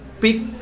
pick